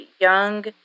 young